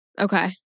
Okay